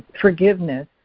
forgiveness